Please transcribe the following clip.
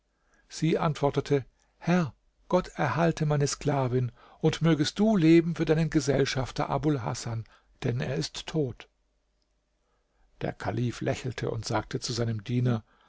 sie antwortete herr gott erhalte meine sklavin und mögest du leben für deinen gesellschafter abul hasan denn er ist tot der kalif lächelte und sagte zu seinem diener